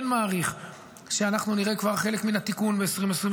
כן מעריך שאנחנו נראה כבר חלק מן התיקון ב-2025.